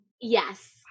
Yes